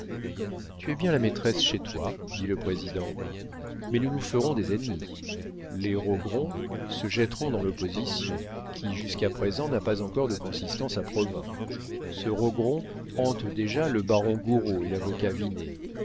tu es bien la maîtresse chez toi dit le président mais nous nous ferons des ennemis les rogron se jetteront dans l'opposition qui jusqu'à présent n'a pas encore de consistance à provins ce rogron hante déjà le baron gouraud et l'avocat